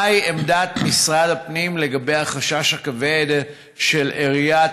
2. מהי עמדת משרד הפנים לגבי החשש הכבד של עיריות